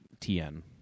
TN